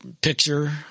picture